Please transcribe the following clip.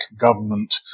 government